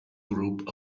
group